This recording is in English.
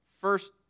First